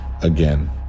again